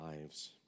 lives